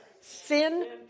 sin